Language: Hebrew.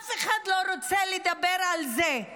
ואף אחד לא רוצה לדבר על זה.